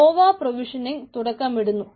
Nova പ്രൊവിഷനിങ്ങിന് തുടക്കമിടുന്നു